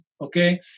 okay